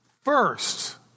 first